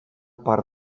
part